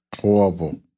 Horrible